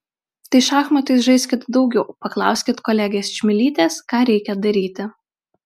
tai šachmatais žaiskit daugiau paklauskit kolegės čmilytės ką reikia daryti